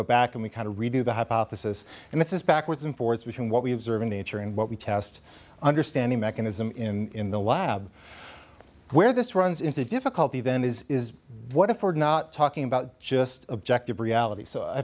go back and we kind of redo the hypothesis and this is backwards and forwards between what we observe in nature and what we test understanding mechanism in the lab where this runs into difficulty then is what if we're not talking about just objective reality so